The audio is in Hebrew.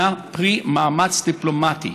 פרי מאמץ דיפלומטי,